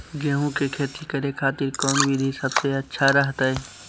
गेहूं के खेती करे खातिर कौन विधि सबसे अच्छा रहतय?